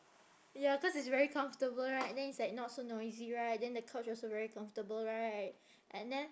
ya cause it's very comfortable right then it's like not so noisy right then the couch also very comfortable right and then